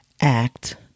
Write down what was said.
act